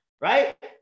right